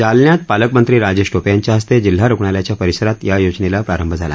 जालन्यात पालकमंत्री राजेश टोपे यांच्या हस्ते जिल्हा रुग्णालयाच्या परिसरात या योजनेला प्रारंभ झाला